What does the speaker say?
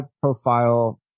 profile